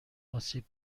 آسیب